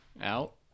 out